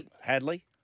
Hadley